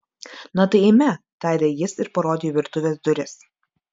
na tai eime tarė jis ir parodė į virtuvės duris